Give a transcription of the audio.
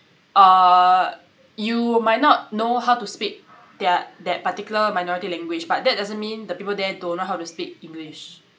uh you might not know how to speak their that particular minority language but that doesn't mean the people there don't know how to speak english